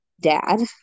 dad